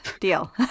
Deal